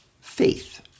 faith